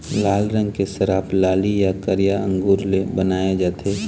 लाल रंग के शराब लाली य करिया अंगुर ले बनाए जाथे